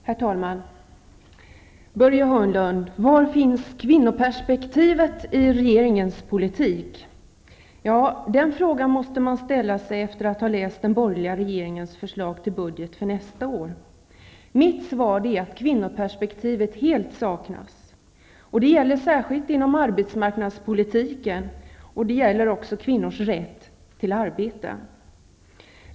Herr talman! Börje Hörnlund, var finns kvinnoperspektivet i regeringen politik? Ja, den frågan måste man ställa sig efter att ha läst den borgerliga regeringens förslag till budget för nästa år. Mitt svar är att kvinnoperspektivet helt saknas. Det gäller särskilt inom arbetsmarknadspolitiken och kvinnors rätt till arbete.